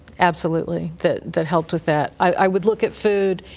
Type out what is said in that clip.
absolutely, that that helped with that. i would look at food,